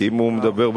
כי אם הוא מדבר,